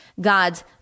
God's